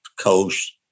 coast